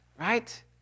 Right